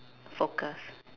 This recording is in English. focus